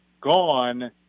gone